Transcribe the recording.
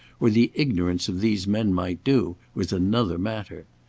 or the ignorance of these men might do, was another matter.